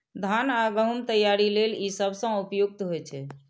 धान आ गहूम तैयारी लेल ई सबसं उपयुक्त होइ छै